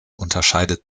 unterscheidet